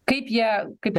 kaip jie kaip